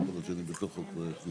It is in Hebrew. רק הערה אחת